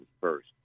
first